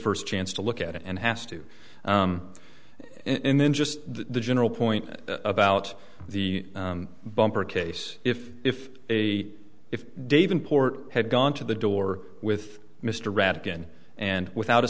first chance to look at it and has to in then just the general point about the bumper case if if a if dave in port had gone to the door with mr ratigan and without a